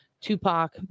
Tupac